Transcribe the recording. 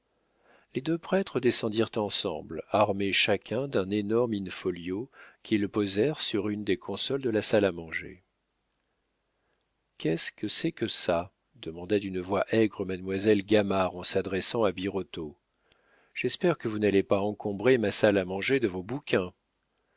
les deux prêtres descendirent ensemble armé chacun d'un énorme in-folio qu'ils posèrent sur une des consoles de la salle à manger qu'est-ce que c'est que ça demanda d'une voix aigre mademoiselle gamard en s'adressant à birotteau j'espère que vous n'allez pas encombrer ma salle à manger de vos bouquins